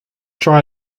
try